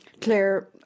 claire